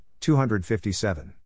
257